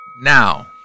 Now